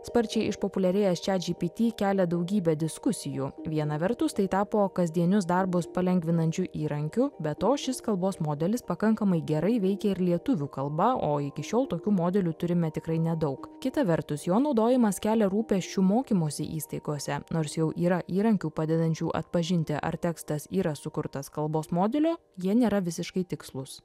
sparčiai išpopuliarėjęs chatgpt kelia daugybę diskusijų viena vertus tai tapo kasdienius darbus palengvinančiu įrankiu be to šis kalbos modelis pakankamai gerai veikia ir lietuvių kalba o iki šiol tokių modelių turime tikrai nedaug kita vertus jo naudojimas kelia rūpesčių mokymosi įstaigose nors jau yra įrankių padedančių atpažinti ar tekstas yra sukurtas kalbos modelio jie nėra visiškai tikslūs